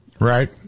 Right